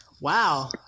wow